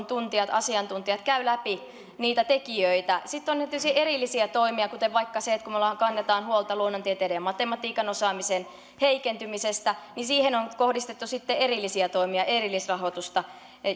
tuntijat asiantuntijat käyvät läpi niitä tekijöitä sitten on täysin erillisiä toimia kuten vaikka se että kun me kannamme huolta luonnontieteiden ja matematiikan osaamisen heikentymisestä niin siihen on kohdistettu sitten erillisiä toimia ja erillisrahoitusta ja